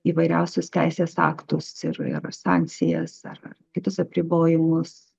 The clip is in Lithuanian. įvairiausius teisės aktus ir ir sankcijas ar kitus apribojimus